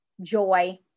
joy